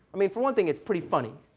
i mean, for one thing, it's pretty funny.